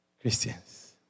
Christians